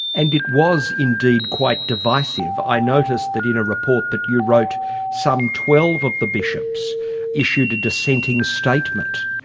and it was indeed quite divisive. i notice that in a report that you wrote some twelve of the bishops issued a dissenting statement.